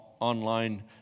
online